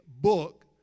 book